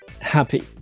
happy